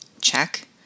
Check